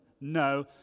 No